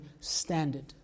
standard